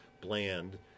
bland